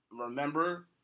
remember